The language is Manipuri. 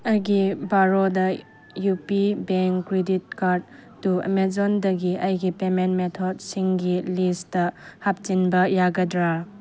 ꯑꯩꯒꯤ ꯕꯥꯔꯣꯗꯥ U P bank credit card ꯇꯨ ꯑꯃꯦꯖꯣꯟꯗꯒꯤ ꯑꯩꯒꯤ ꯄꯦꯃꯦꯟ ꯃꯦꯊꯠꯁꯤꯡꯒꯤ ꯂꯤꯁꯇ ꯍꯥꯞꯆꯤꯟꯕ ꯌꯥꯒꯗ꯭ꯔꯥ